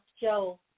Joe